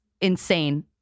insane